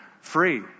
free